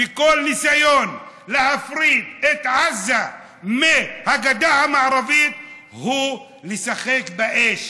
וכל ניסיון להפריד את עזה מהגדה המערבית הוא לשחק באש,